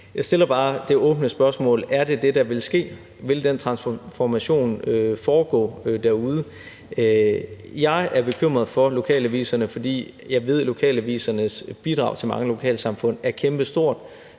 Jeg stiller bare det åbne spørgsmål: Er det det, der vil ske? Vil den transformation foregå derude? Jeg er bekymret for lokalaviserne, fordi jeg ved, at lokalavisernes bidrag til mange lokalsamfund er kæmpestort,